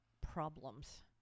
problems